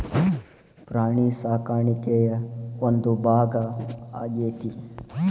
ಪ್ರಾಣಿ ಸಾಕಾಣಿಕೆಯ ಒಂದು ಭಾಗಾ ಆಗೆತಿ